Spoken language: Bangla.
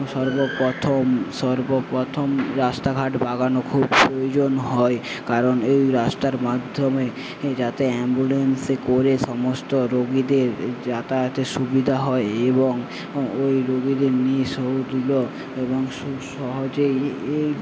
সর্বপ্রথম সর্বপ্রথম রাস্তাঘাট বানানো খুব প্রয়োজন হয় কারণ এই রাস্তার মাধ্যমে যাতে অ্যাম্বুলেন্সে করে সমস্ত রোগীদের যাতায়াতের সুবিধা হয় এবং ওই রোগীদের নিয়ে এবং খুব সহজেই এই